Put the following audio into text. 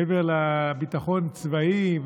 מעבר לביטחון צבאי,